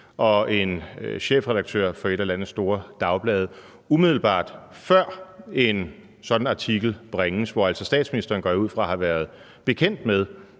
og en chefredaktør for et af landets store dagblade, umiddelbart før en sådan artikel bringes, hvor jeg altså går ud fra, at statsministeren har